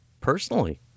personally